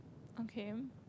okay